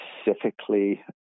specifically